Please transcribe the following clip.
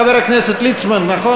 חבר הכנסת ליצמן, נכון?